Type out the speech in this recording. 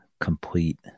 complete